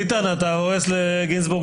בין אם בוועדת הכנסת או בוועדות אחרות,